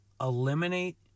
eliminate